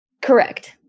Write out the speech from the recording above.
correct